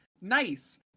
nice